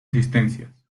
asistencias